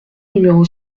numéro